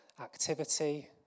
activity